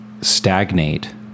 stagnate